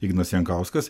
ignas jankauskas